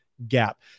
gap